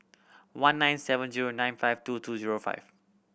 one nine seven zero nine five two two zero five